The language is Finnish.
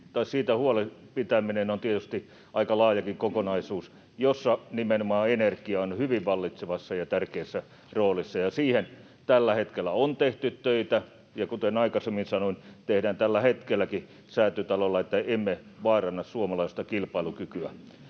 huolen pitäminen on tietysti aika laajakin kokonaisuus, jossa nimenomaan energia on hyvin vallitsevassa ja tärkeässä roolissa. Siihen tällä hetkellä on tehty töitä ja, kuten aikaisemmin sanoin, tehdään tällä hetkelläkin Säätytalolla, että emme vaaranna suomalaista kilpailukykyä.